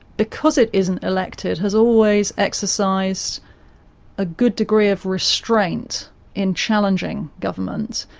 because it isn't elected, has always exercised a good degree of restraint in challenging governments,